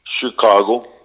Chicago